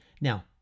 Now